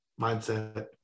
Mindset